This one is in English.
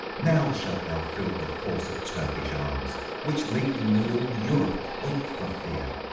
now shalt thou feel the force of turkish arms, which lately made all europe quake for fear.